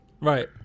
Right